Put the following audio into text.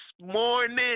morning